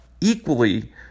equally